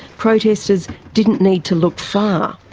protesters didn't need to look far.